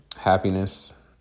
happiness